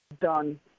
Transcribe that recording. done